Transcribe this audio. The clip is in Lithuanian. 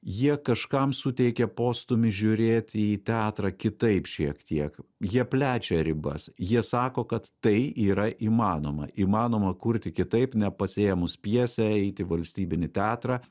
jie kažkam suteikia postūmį žiūrėti į teatrą kitaip šiek tiek jie plečia ribas jie sako kad tai yra įmanoma įmanoma kurti kitaip nepasiėmus pjesę eit į valstybinį teatrą